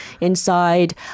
Inside